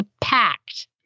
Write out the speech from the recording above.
packed